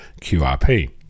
QRP